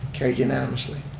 carried unanimously.